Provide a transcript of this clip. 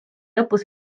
lõpus